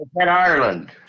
Ireland